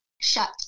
shut